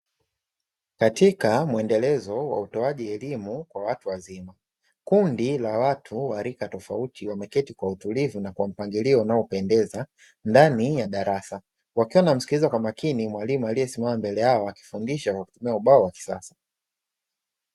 Katika muendelezo wa utoaji elimu kwa watu wazima, kundi la watu wa rika tofauti wameketi kwa utulivu na kwa mpangilio unaopendeza ndani ya darasa, wakiwa wanamsikiliza kwa makini mwalimu aliyesimama mbele yao, akifundisha kwa kutumia ubao wa kisasa.